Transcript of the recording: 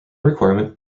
requirement